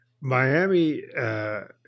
Miami